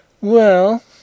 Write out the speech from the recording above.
Well